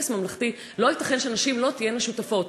לא ייתכן שנשים לא תהיינה שותפות,